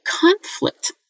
conflict